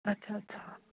ਅੱਛਾ ਅੱਛਾ